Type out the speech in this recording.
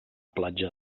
platja